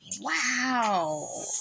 Wow